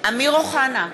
אמיר אוחנה,